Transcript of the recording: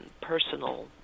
personal